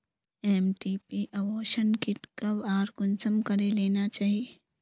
MTP abortion kit कब आर कुंसम करे लेना चही?